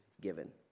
given